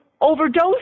overdose